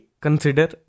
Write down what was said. consider